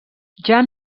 jan